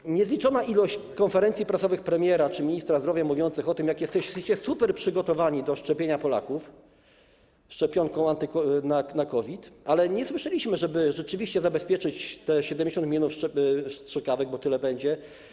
Jest niezliczona ilość konferencji prasowych premiera czy ministra zdrowia mówiących o tym, jak jesteście superprzygotowani do szczepienia Polaków szczepionką na COVID, ale nie słyszeliśmy, żeby rzeczywiście zabezpieczyć te 70 mln strzykawek, bo tyle będzie.